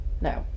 No